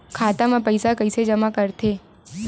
खाता म पईसा कइसे जमा करथे?